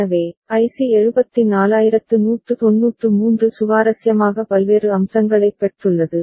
எனவே ஐசி 74193 சுவாரஸ்யமாக பல்வேறு அம்சங்களைப் பெற்றுள்ளது